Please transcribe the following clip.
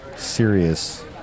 Serious